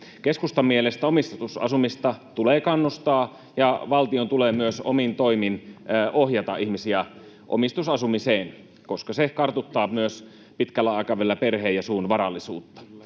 Keskustan mielestä omistusasumista tulee kannustaa ja valtion tulee myös omin toimin ohjata ihmisiä omistusasumiseen, koska se kartuttaa pitkällä aikavälillä myös perheen ja suvun varallisuutta.